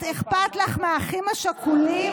את, אכפת לך מהאחים השכולים?